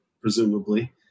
presumably